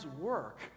work